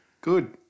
Good